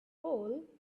hole